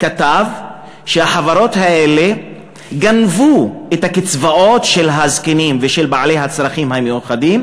כתב שהחברות האלה גנבו את הקצבאות של הזקנים ושל בעלי הצרכים המיוחדים,